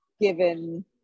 given